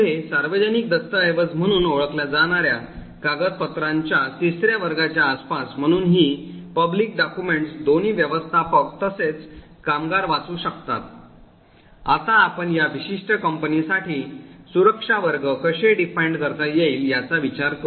पुढे सार्वजनिक दस्तऐवज म्हणून ओळखल्या जाणार्या कागदपत्रां च्या तिसर्या वर्गाच्या आसपास म्हणून ही पब्लिक डॉक्युमेंट्स दोन्ही व्यवस्थापक तसेच कामगार वाचू शकतात आता आपण या विशिष्ट कंपनी साठी सुरक्षा वर्ग कसे परिभाषित करता येईल याचा विचार करु